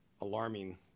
alarming